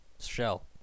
Shell